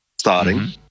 Starting